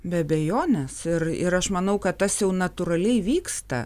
be abejonės ir ir aš manau kad tas jau natūraliai vyksta